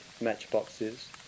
matchboxes